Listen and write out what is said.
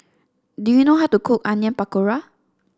do you know how to cook Onion Pakora